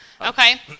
Okay